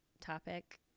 topic